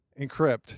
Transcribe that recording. encrypt